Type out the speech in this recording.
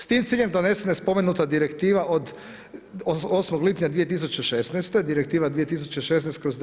S tim ciljem donesena je spomenuta Direktiva od 8. lipnja 2016., Direktiva 2016/